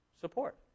support